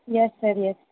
yes sir yes